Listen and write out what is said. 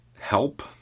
Help